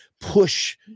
push